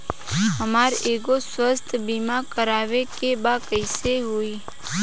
हमरा एगो स्वास्थ्य बीमा करवाए के बा कइसे होई?